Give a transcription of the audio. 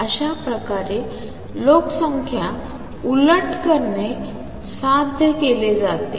तर अशाप्रकारे लोकसंख्या उलट करणे साध्य केले जाते